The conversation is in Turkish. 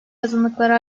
azınlıklara